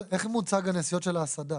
איך מוצג הנסיעות של ההסעדה?